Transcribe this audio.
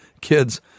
kids